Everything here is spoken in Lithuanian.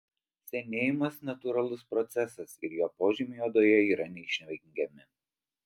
senėjimas natūralus procesas ir jo požymiai odoje yra neišvengiami